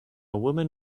woman